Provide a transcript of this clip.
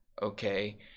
Okay